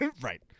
right